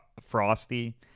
frosty